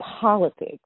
politics